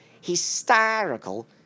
hysterical